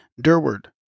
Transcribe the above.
Durward